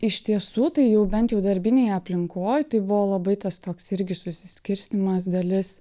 iš tiesų tai jau bent jau darbinėj aplinkoj tai buvo labai tas toks irgi susiskirstymas dalis